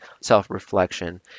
self-reflection